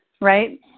right